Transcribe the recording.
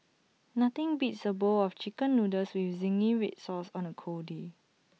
nothing beats A bowl of Chicken Noodles with Zingy Red Sauce on A cold day